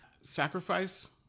sacrifice